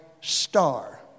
star